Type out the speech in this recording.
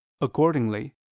accordingly